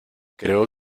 creo